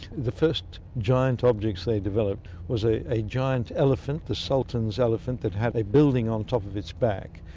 the first giant object they developed was a a giant elephant, the sultan's elephant that had a building on top of its back.